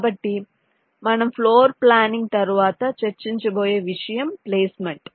కాబట్టి మనం floor planning తరువాత చర్చించబోయే విషయం ప్లేస్మెంట్